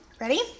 ready